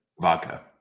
Vodka